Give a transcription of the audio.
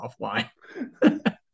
offline